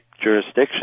jurisdiction